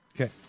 Okay